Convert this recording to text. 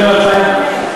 לא.